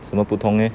什么不同 eh